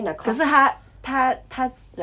可是他他他 like